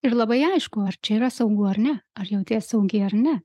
ir labai aišku ar čia yra saugu ar ne ar jautiesi saugi ar ne